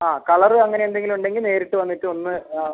ആ കളർ അങ്ങനെ എന്തെങ്കിലും ഉണ്ടെങ്കിൽ നേരിട്ട് വന്നിട്ട് ഒന്ന് ആ